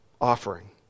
offering